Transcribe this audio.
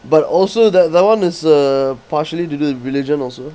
but also that that one is uh partially to do with religion also